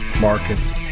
markets